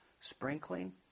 sprinkling